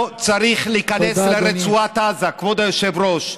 לא צריך להיכנס לרצועת עזה, כבוד היושב-ראש.